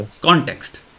context